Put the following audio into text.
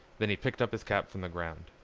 then he picked up his cap from the ground.